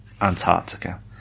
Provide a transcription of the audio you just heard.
Antarctica